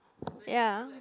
ya